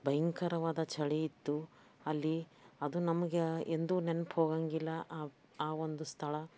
ಭಯಂಕರವಾದ ಚಳಿ ಇತ್ತು ಅಲ್ಲಿ ಅದು ನಮ್ಗೆ ಎಂದೂ ನೆನ್ಪು ಹೋಗೊಂಗಿಲ್ಲ ಆ ಆ ಒಂದು ಸ್ಥಳ